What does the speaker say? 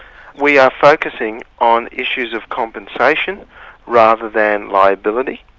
we are focusing on issues of compensation rather than liability,